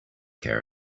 care